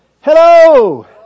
Hello